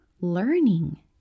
learning